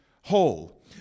whole